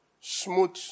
smooth